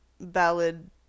ballad